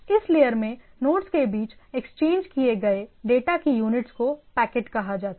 इस लेयर में नोड्स के बीच एक्सचेंज किए गए डेटा की यूनिट्स को पैकेट कहा जाता है